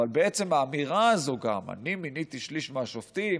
אבל בעצם האמירה הזאת: אני מיניתי שליש מהשופטים,